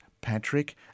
Patrick